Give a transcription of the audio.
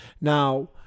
Now